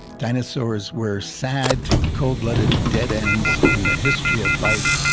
dinosaurs were sad, cold blooded, dead ends in the history of life